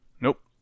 Nope